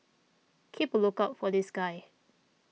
keep a lookout for this guy